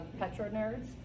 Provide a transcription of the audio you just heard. Petronerds